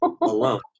alone